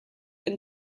and